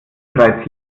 bereits